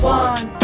one